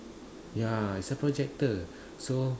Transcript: ya it's a projector so